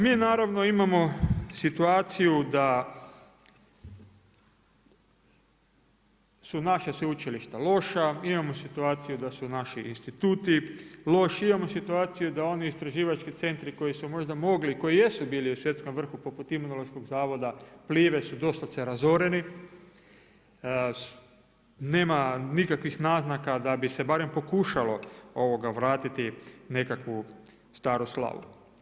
Mi naravno imamo situaciju da su naša sveučilišta loša, imamo situaciju da su naši instituti loši, imamo situaciju da oni istraživački centri koji su možda mogli i koji jesu bili u svjetskom vrhu poput Imunološkog zavoda Plive su doslovce razoreni, nema nikakvih naznaka da bi se barem pokušalo vratiti nekakvu staru slavu.